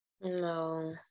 No